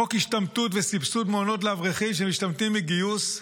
חוק השתמטות וסבסוד מעונות לאברכים שמשתמטים מגיוס,